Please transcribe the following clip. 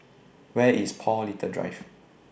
Where IS Paul Little Drive